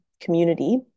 community